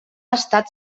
estat